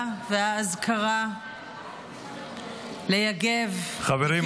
והאזכרה ליגב מקיבוץ נירים --- חברים,